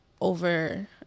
over